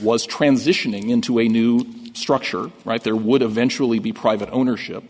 was transitioning into a new structure right there would eventually be private ownership